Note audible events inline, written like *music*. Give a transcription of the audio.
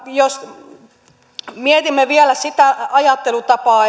jos mietimme vielä sitä ajattelutapaa *unintelligible*